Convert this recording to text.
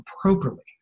appropriately